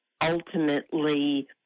ultimately